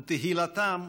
ותהילתם,